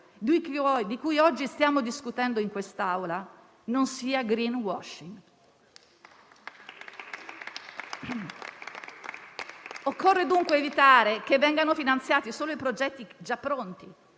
di cui oggi stiamo discutendo in quest'Aula non sia *greenwashing.*. Occorre dunque evitare che vengano finanziati solo i progetti già pronti.